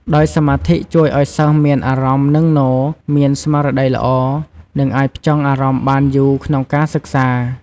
ដោយសមាធិជួយឲ្យសិស្សមានអារម្មណ៍នឹងនរ មានស្មារតីល្អ និងអាចផ្ចង់អារម្មណ៍បានយូរក្នុងការសិក្សា។